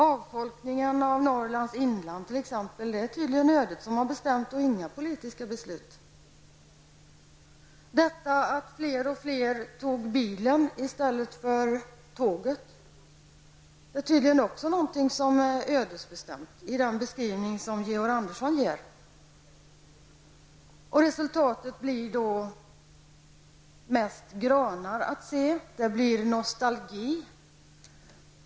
T.ex. avfolkningen av Norrlands inland är tydligen bestämd av ödet och inte genom politiska beslut. Att fler och fler tog bilen i stället för tåget är tydligen också något som är ödesbestämt enligt den beskrivning som Georg Andersson ger. Resultatet blir att man ser mest granar. Det blir nostalgi.